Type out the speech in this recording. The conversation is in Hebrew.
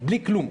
בלי כלום,